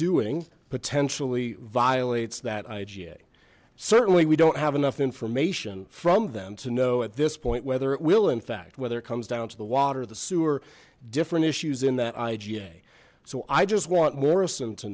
doing potentially violates that iga certainly we don't have enough information from them to know at this point whether it will in fact whether it comes down to the water the sewer different issues in that iga so i just want mor